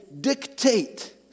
dictate